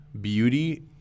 beauty